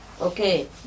Okay